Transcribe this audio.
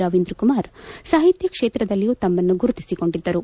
ರವೀಂದ್ರ ಕುಮಾರ್ ಸಾಹಿತ್ಯ ಕ್ಷೇತ್ರದಲ್ಲಿಯೂ ತಮ್ಮನ್ನು ಗುರುತಿಸಿಕೊಂಡಿದ್ದರು